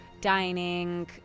dining